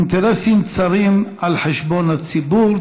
אינטרסים צרים על חשבון הציבור.